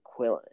Quillen